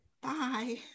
Bye